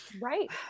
right